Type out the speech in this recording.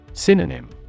Synonym